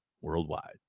worldwide